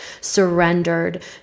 surrendered